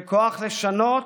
כוח לשנות,